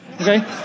Okay